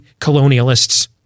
colonialists